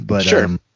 Sure